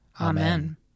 Amen